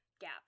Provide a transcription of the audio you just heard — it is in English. gap